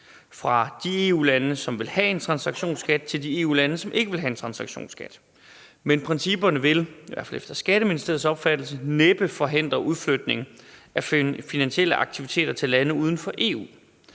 fra de EU-lande, som vil have en transaktionsskat, til de EU-lande, som ikke vil have en transaktionsskat. Men principperne vil i hvert fald efter Skatteministeriets opfattelse næppe forhindre udflytning af finansielle aktiviteter til lande uden for EU.